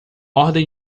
ordem